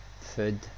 food